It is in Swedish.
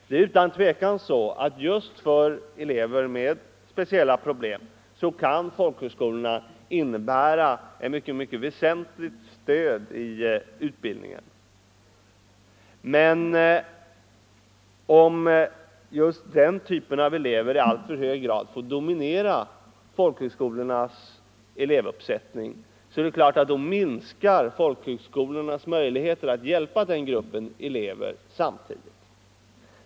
Det är utan tvivel så att folkhögskolorna just för elever med speciella problem kan innebära ett mycket väsentligt stöd i utbildningen. Men om just den typen av elever i alltför hög grad får dominera folkhögskolornas elevuppsättning minskar naturligtvis samtidigt folkhögskolornas möjligheter att hjälpa denna grupp elever.